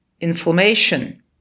inflammation